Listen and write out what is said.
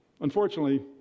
unfortunately